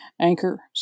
Anchor